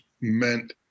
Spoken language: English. meant